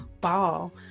ball